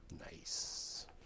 Nice